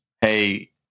hey